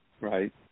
right